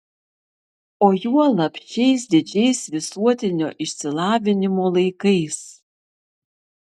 o juolab šiais didžiais visuotinio išsilavinimo laikais